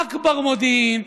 אכבר מודיעין.